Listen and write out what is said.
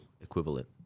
equivalent